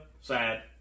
Sad